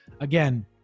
again